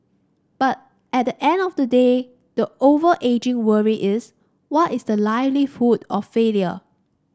but at the end of the day the overarching worry is what is the likelihood of failure